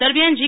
દરમિયાન જી